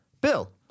Bill